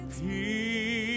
peace